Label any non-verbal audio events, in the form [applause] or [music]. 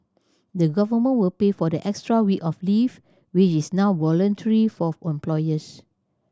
the Government will pay for the extra week of leave which is now voluntary for [hesitation] employers